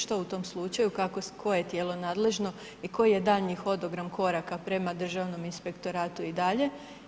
Što u tom slučaju kako, koje je tijelo nadležno i koji je daljnji hodogram koraka prema Državnom inspektoratu i dalje?